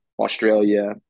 australia